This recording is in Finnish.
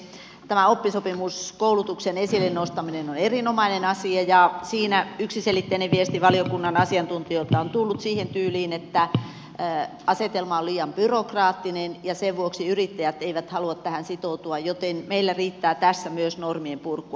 tämä oppisopimuskoulutuksen esille nostaminen on erinomainen asia ja siinä yksiselitteinen viesti valiokunnan asiantuntijoilta on tullut siihen tyyliin että asetelma on liian byrokraattinen ja sen vuoksi yrittäjät eivät halua tähän sitoutua joten meillä riittää tässä myös normien purkua